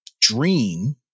dream